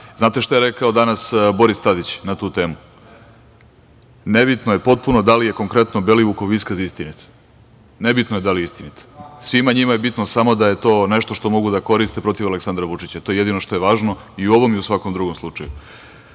dana. Znate šta je rekao danas Boris Tadić, na tu temu, „nebitno je potpuno da li je konkretno Belivuk iskaz istinit“, ne bitno je da li istinit. Svima njima je bitno samo da je to nešto što mogu da koriste protiv Aleksandra Vučića, to je jedino što je važno i u ovom i u svakom drugom slučaju. Reč